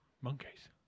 Monkeys